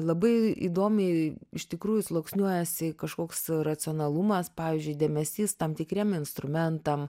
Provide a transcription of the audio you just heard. labai įdomiai iš tikrųjų sluoksniuojasi kažkoks racionalumas pavyzdžiui dėmesys tam tikriem instrumentam